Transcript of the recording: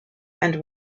and